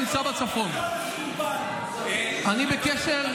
אני בקשר,